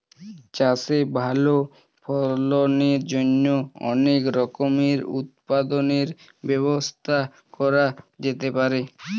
চাষে ভালো ফলনের জন্য অনেক রকমের উৎপাদনের ব্যবস্থা করা যেতে পারে